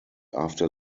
after